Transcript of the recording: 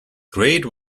grade